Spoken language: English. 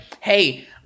hey